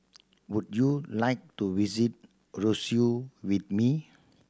would you like to visit Roseau with me